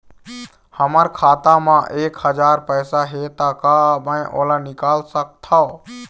हमर खाता मा एक हजार पैसा हे ता का मैं ओला निकाल सकथव?